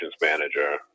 manager